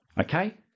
Okay